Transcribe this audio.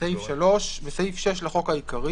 תיקון סעיף 6 3. בסעיף 6 לחוק העיקרי